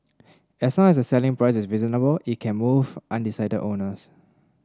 as long as the selling price is reasonable it can move undecided owners